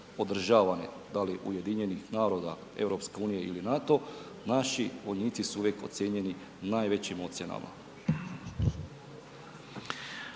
održavani, da li UN-a, EU ili NATO, naši vojnici su uvijek ocijenjeni najvećim ocjenama.